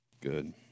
Good